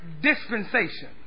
dispensation